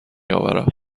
آورم